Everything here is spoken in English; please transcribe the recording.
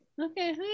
Okay